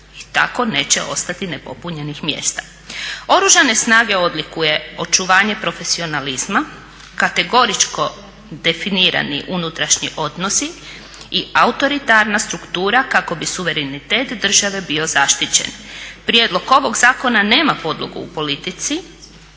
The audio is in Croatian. i tako neće ostati nepopunjenih mjesta. Oružane snage odlikuje očuvanje profesionalizma, kategoričko definirani unutrašnji odnosi i autoritarna struktura kako bi suverenitet države bio zaštićen. Prijedlog ovog zakona nema podlogu u politici